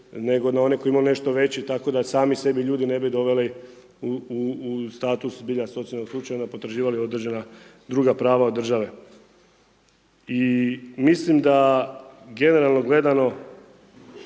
nego na one koji imaju nešto veći, tako da sami sebi ljudi ne bi doveli u status zbilja socijalnog slučaju, onda potraživali određena druga prava od države. I mislim da generalno gledano,